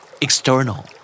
External